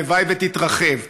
הלוואי שתתרחב.